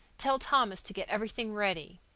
tell thomas to get everything ready.